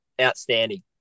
Outstanding